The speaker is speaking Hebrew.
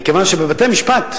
מכיוון שבבתי-משפט,